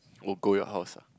oh go your house ah